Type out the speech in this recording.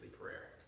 Prayer